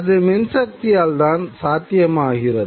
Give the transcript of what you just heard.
அது மின்சக்தியால்தான் சாத்தியமாகிறது